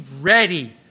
ready